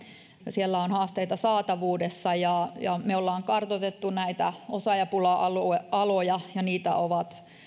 siellä on haasteita saatavuudessa me olemme kartoittaneet näitä osaajapula aloja ja niitä